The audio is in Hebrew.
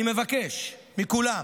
אני מבקש מכולם